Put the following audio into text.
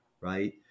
right